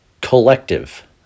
collective